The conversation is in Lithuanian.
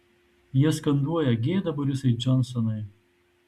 jie skanduoja gėda borisai džonsonai